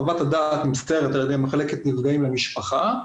חוות הדעת נמסרת על ידי מחלקת נפגעים למשפחה,